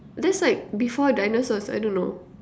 that's like before dinosaurs I don't know